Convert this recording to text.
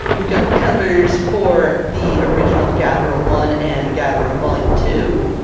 we've got the covers for the original gatherum one and gatherum volume two.